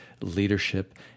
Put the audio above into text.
Leadership